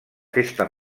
festa